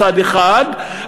מצד אחד,